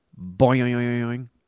Boing